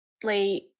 play